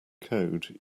code